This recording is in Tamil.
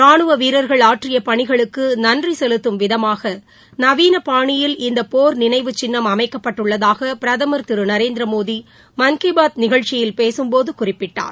ரானுவ வீரா்கள் ஆற்றிய பணிகளுக்கு நன்றி செலுத்தும் விதமாக நவீன பாணியில் இந்த போர் நினைவு சின்னம் அமைக்கப்பட்டுள்ளதாக பிரதமர் திரு நரேந்திரமோடி மன் கி பாத் நிகழ்ச்சியில் பேசும்போது குறிப்பிட்டார்